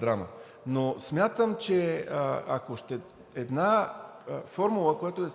драма. Но смятам, че ако една формула, която